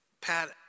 pat